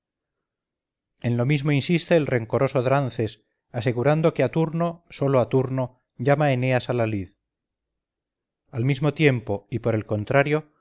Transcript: en lo mismo insiste el rencoroso drances asegurando que a turno sólo a turno llama eneas a la lid al mismo tiempo y por el contrario